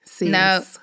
No